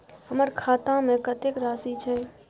हमर खाता में कतेक राशि छै?